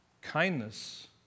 Kindness